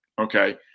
Okay